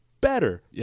better